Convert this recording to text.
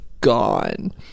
gone